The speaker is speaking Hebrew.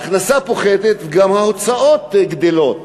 ההכנסה פוחתת, וגם ההוצאות גדלות.